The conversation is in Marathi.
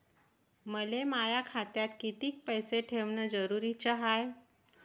मले माया खात्यात कितीक पैसे ठेवण जरुरीच हाय?